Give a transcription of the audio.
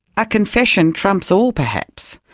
a confession trumps all perhaps,